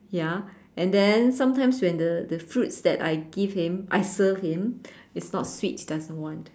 ya and then sometimes when the the fruits I give him I serve him it's not sweet he doesn't want